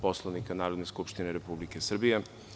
Poslovnika Narodne skupštine Republike Srbije.